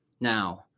Now